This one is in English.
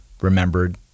remembered